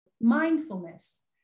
mindfulness